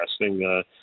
interesting